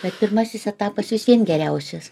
taip pirmasis etapas visiem geriausias